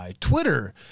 Twitter